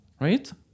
right